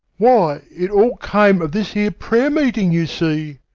why, it all came of this here prayer-meeting, you see.